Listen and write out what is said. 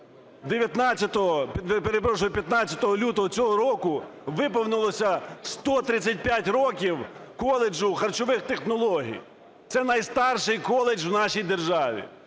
15 лютого цього року виповнилося 135 років коледжу харчових технологій. Це найстарший коледж в нашій державі,